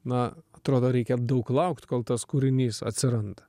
na atrodo reikia daug laukt kol tas kūrinys atsiranda